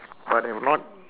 but have not